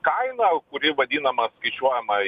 kainą kuri vadinama skaičiuojama